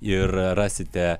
ir rasite